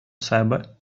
себе